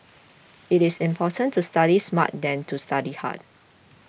it is important to study smart than to study hard